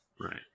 Right